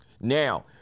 Now